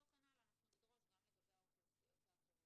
אותו כנ"ל נדרוש גם לגבי האוכלוסיות האחרות